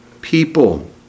people